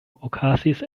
okazis